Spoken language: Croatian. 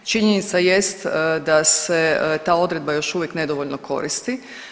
Činjenica jest da se ta odredba još uvijek nedovoljno koristi.